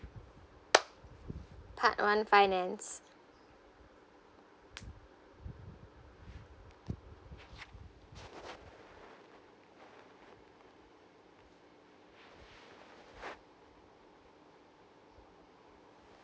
part one finance